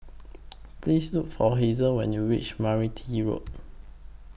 Please Look For Hazle when YOU REACH Meranti Road